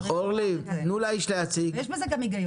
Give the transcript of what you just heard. יש בזה גם היגיון.